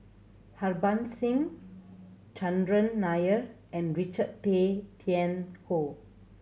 Harbans Singh Chandran Nair and Richard Tay Tian Hoe